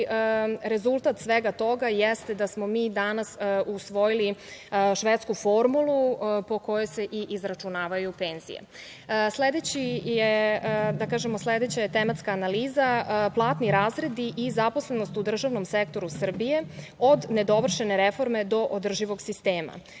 rezultat svega toga jeste da smo mi danas usvojili švedsku formulu po kojoj se i izračunavaju penzije. Sledeća tematska analiza su platni razredi i zaposlenost u državnom sektoru Srbije, od nedovršene reforme do održivog sistema.